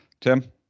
tim